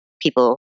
people